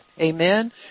Amen